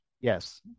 Yes